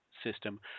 system